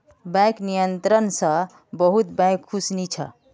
bank नियंत्रण स बहुत बैंक खुश नी छ